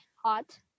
hot